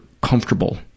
comfortable